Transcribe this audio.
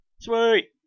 sweet